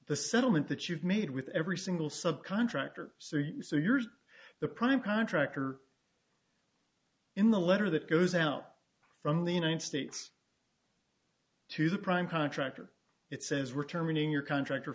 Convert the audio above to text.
the settlement that you've made with every single subcontractor so yours the prime contractor in the letter that goes out from the united states to the prime contractor it says returning your contractor